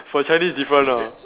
for Chinese different ah